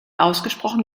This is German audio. ausgesprochen